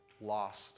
lost